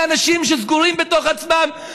מאנשים שסגורים בתוך עצמם,